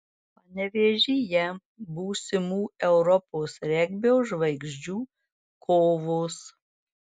panevėžyje būsimų europos regbio žvaigždžių kovos